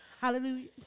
Hallelujah